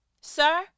sir